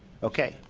okay.